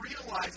realize